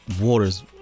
water's